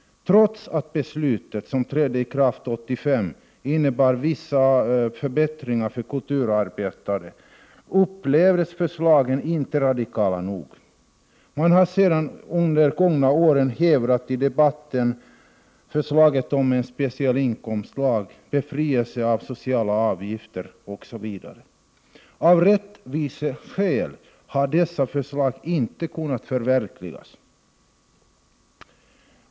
Trots att beslutet, som trädde i kraft 1985, innebar vissa förbättringar för kulturarbetare, upplevdes förslagen som inte radikala nog. Man har sedan under de gångna åren i debatten framfört förslag om ett speciellt inkomstslag, befrielse från sociala avgifter osv. Av rättviseskäl har dessa förslag inte kunnat förverkligas.